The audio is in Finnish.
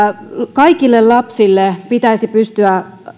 kaikille lapsille pitäisi pystyä